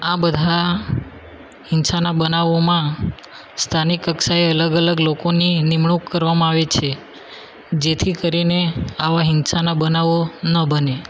આ બધા હિંસાના બનાવોમાં સ્થાનિક કક્ષાએ અલગ અલગ લોકોની નિમણૂક કરવામાં આવે છે જેથી કરીને આવા હિંસાના બનાવો ન બને